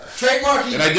trademarking